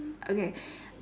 okay